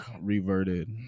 reverted